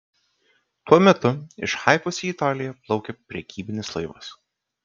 tuo metu iš haifos į italiją plaukė prekybinis laivas